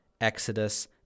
Exodus